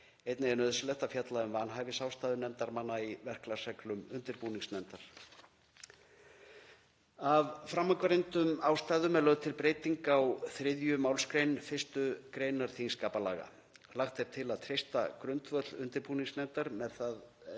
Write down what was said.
Einnig er nauðsynlegt að fjalla um vanhæfisástæður nefndarmanna í verklagsreglum undirbúningsnefndar. Af framangreindum ástæðum er lögð til breyting á 3. mgr. 1. gr. þingskapalaga. Lagt er til að treysta grundvöll undirbúningsnefndar með því móti